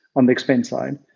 on the expense line,